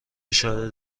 اشاره